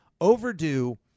Overdue